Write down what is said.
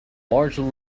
largely